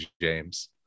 James